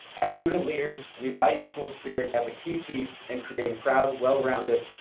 as student leaders we value school spirit as a key piece in creating proud, well-rounded,